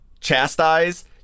chastise